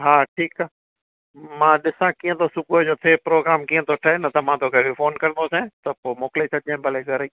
हा ठीकु आहे मां ॾिसां कीअं थो सुबूह जो थिए प्रोग्राम कीअं थो ठहे न त मां तोखे फ़ोन कंदुसि त पोइ मोकिले छॾिजांइ भले घर ई